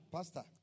Pastor